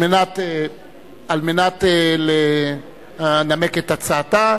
על מנת לנמק את הצעתה,